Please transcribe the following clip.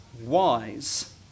wise